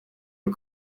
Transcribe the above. are